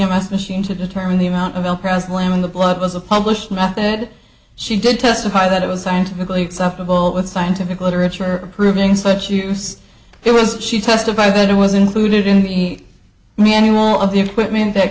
m s machine to determine the amount of oil present lamb in the blood was a publish my bed she did testify that it was scientifically acceptable with scientific literature approving such use it was she testified that it was included in the manual of the equipment that